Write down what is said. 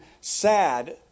sad